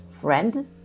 friend